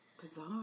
Bizarre